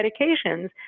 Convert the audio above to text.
medications